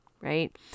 Right